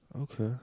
Okay